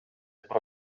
про